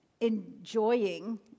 enjoying